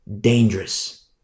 dangerous